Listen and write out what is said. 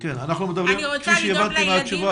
כפי שהבנתי מהתשובה,